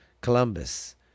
Columbus